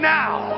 now